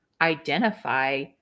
identify